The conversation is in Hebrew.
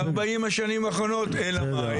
ב-40 השנים האחרונות, אלא מאי?